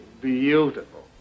beautiful